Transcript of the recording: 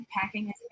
packing